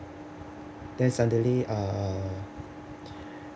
then suddenly uh